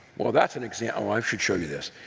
well, that's an example i should show you this.